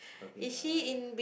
okay uh